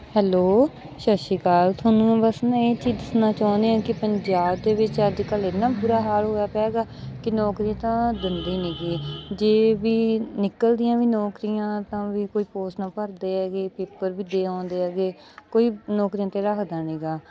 hello ਸ਼ਤਿ ਸ਼੍ਰੀ ਅਕਾਲ ਤੁਹਾਨੂੰ ਬਸ ਮੈਂ ਇਹ ਚੀਜ਼ ਦੱਸਣਾ ਚਾਹੁੰਦੇ ਹਾਂ ਕਿ ਪੰਜਾਬ ਦੇ ਵਿੱਚ ਅੱਜ ਕੱਲ੍ਹ ਇੰਨਾ ਬੁਰਾ ਹਾਲ ਹੋਇਆ ਪਿਆ ਹੈਗਾ ਕਿ ਨੌਕਰੀ ਤਾਂ ਦਿੰਦੇ ਨਹੀਂ ਹੈਗੇ ਜੇ ਵੀ ਨਿਕਲਦੀਆਂ ਵੀ ਨੌਕਰੀਆਂ ਤਾਂ ਵੀ ਕੋਈ ਪੋਸਟ ਨਾ ਭਰਦੇ ਹੈਗੇ ਪੇਪਰ ਵੀ ਦੇ ਆਉਂਦੇ ਹੈਗੇ ਕੋਈ ਨੌਕਰੀਆਂ 'ਤੇ ਰੱਖਦਾ ਨਹੀਂ ਹੈਗਾ